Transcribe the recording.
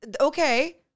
okay